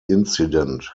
incident